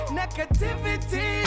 negativity